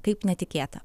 kaip netikėta